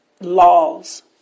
laws